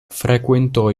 frequentò